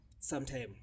sometime